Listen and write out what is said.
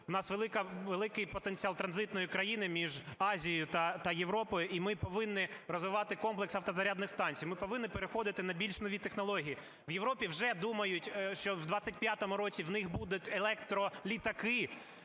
У нас великий потенціал транзитної країни між Азією та Європою, і ми повинні розвивати комплекс автозарядних станцій, ми повинні переходити на більш нові технології. В Європі вже думають, що в 2025 році в них будуть електролітаки.